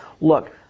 Look